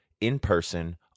in-person